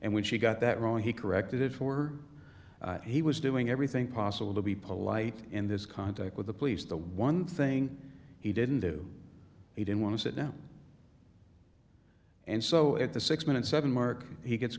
and when she got that wrong he corrected it for he was doing everything possible to be polite and this contact with the police the one thing he didn't do it in want to sit down and so at the six minute seven mark he gets